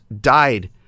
died